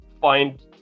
find